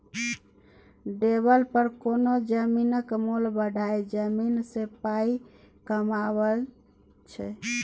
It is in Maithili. डेबलपर कोनो जमीनक मोल बढ़ाए जमीन सँ पाइ कमाबै छै